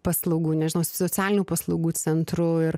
paslaugų nežinau socialinių paslaugų centrų ir